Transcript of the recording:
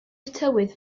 tywydd